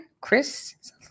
Chris